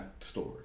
story